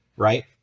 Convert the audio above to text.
right